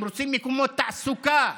הם רוצים מקומות תעסוקה,